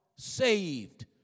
saved